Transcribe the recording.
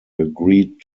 agreed